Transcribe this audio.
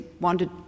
wanted